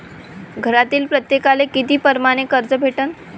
घरातील प्रत्येकाले किती परमाने कर्ज भेटन?